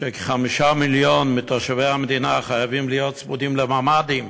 שכ-5 מיליון מתושבי המדינה חייבים להיות צמודים לממ"דים,